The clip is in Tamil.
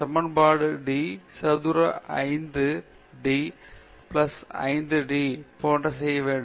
சமன்பாடு d சதுர 5 ஐ d பிளஸ் d சதுர 5 மூலம் d சதுரம் சமமாக சமன் செய்ய வேண்டும்